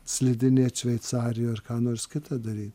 slidinėt šveicarijoj ar ką nors kita daryt